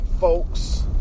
folks